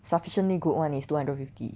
sufficiently good one is two hundred fifty